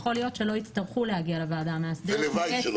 יכול להיות שלא יצטרכו להגיע לוועדה המאסדרת -- הלוואי שלא.